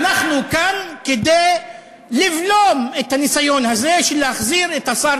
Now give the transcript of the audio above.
ואנחנו כאן כדי לבלום את הניסיון הזה להחזיר את השר